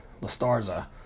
Lestarza